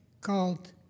called